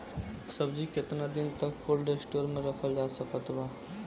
सब्जी केतना दिन तक कोल्ड स्टोर मे रखल जा सकत बा?